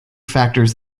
factors